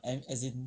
as as in